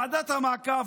ועדת המעקב,